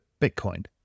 Bitcoin